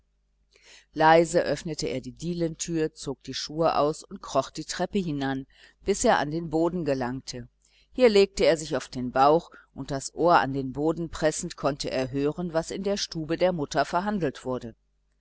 leise öffnete er die dielentür zog die schuhe aus und kroch die treppe hinan bis er an den boden gelangte hier legte er sich auf den bauch und das ohr an den boden pressend konnte er hören was in der stube der mutter verhandelt wurde